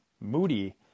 Moody